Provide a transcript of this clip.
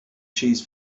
cheese